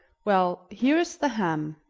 well, here is the ham,